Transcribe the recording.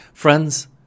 Friends